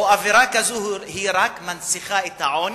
או אווירה כזאת, רק מנציחה את העוני,